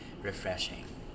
refreshing